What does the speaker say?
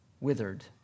withered